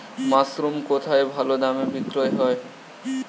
Mushroom কেথায় ভালোদামে বিক্রয় হয়?